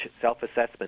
self-assessment